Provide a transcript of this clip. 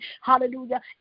hallelujah